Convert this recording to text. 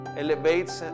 elevates